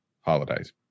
holidays